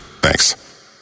Thanks